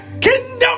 kingdom